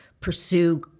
pursue